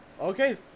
okay